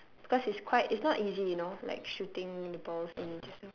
because it's quite it's not easy you know like shooting the balls in just to